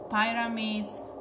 pyramids